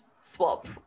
swap